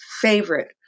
favorite